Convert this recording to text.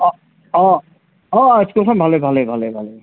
অঁ অঁ অঁ স্কুলখন ভালে ভালে ভালে ভালে